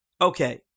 okay